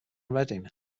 reading